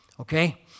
Okay